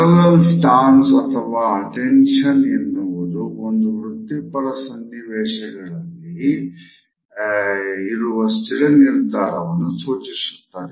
parallel ಸ್ಥಾನ್ಸ್ ಅನ್ನುವುದು ಒಂದು ವೃತ್ತಿ ಪರ ಸನ್ನಿವೇಶದಲ್ಲಿ ಇದು ಸ್ಥಿರ ನಿರ್ಧಾರವನ್ನು ಸೂಚಿಸುತ್ತದೆ